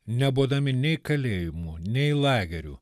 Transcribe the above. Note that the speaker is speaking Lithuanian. nebodami nei kalėjimų nei lagerių